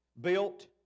built